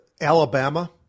Alabama